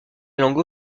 langue